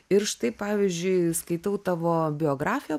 ir štai pavyzdžiui skaitau tavo biografiją